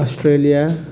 Australia